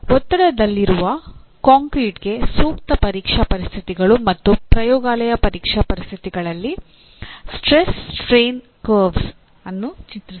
ಒತ್ತಡದಲ್ಲಿರುವ ಕಾಂಕ್ರೀಟ್ಗೆ ಸೂಕ್ತ ಪರೀಕ್ಷಾ ಪರಿಸ್ಥಿತಿಗಳು ಮತ್ತು ಪ್ರಯೋಗಾಲಯ ಪರೀಕ್ಷಾ ಪರಿಸ್ಥಿತಿಗಳಲ್ಲಿ ಸ್ಟ್ರಸ್ ಸ್ಟ್ರೈನ್ ಕರ್ವ್ಗಳನ್ನು ಚಿತ್ರಿಸಿ